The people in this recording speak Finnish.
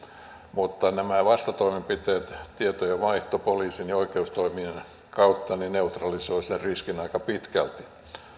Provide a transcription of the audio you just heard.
mutta nämä vastatoimenpiteet tietojenvaihto poliisin ja oikeustoimien kautta neutralisoivat sen riskin aika pitkälti